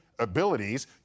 Abilities